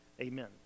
Amen